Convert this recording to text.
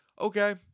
okay